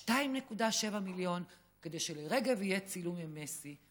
2.7 מיליון כדי שלרגב יהיה צילום עם מסי.